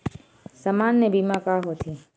सामान्य बीमा का होथे?